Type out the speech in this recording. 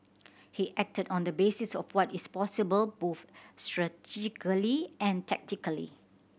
he acted on the basis of what is possible both and tactically